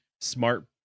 smart